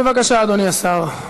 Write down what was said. בבקשה, אדוני השר.